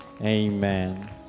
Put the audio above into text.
Amen